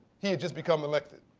he had just become elected.